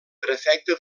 prefecte